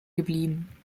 geblieben